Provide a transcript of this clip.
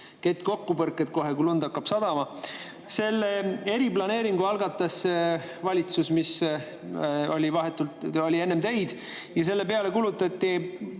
kett-kokkupõrked kohe, kui lund hakkab sadama. Selle eriplaneeringu algatas valitsus, mis oli vahetult enne teid, ja selle peale kulutati,